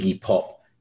Pop